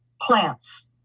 plants